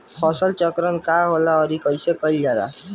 फसल चक्रण का होखेला और कईसे कईल जाला?